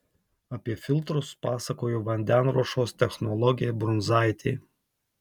apie filtrus pasakojo vandenruošos technologė brunzaitė